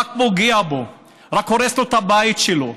רק פוגע בו, רק הורס לו את הבית שלו,